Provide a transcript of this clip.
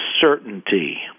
certainty